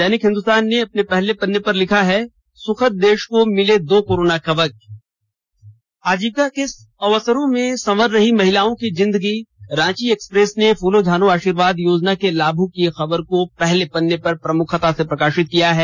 दैनिक हिन्दुस्तान ने अपने पहले पन्ने पर लिखा है सुखद देश को मिले दो कोरोना कवच आजीविका के अवसरों से संवर रही महिलाओं की जिंदगी रांची एक्सप्रेस ने फूलो झानो आशीर्वाद योजना के लाभुक की खबर को पहले पन्ने पर प्रमुखता से प्रकाशित किया है